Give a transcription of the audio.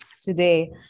today